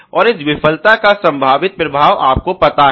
और इस विफलता का संभावित प्रभाव आपको पता है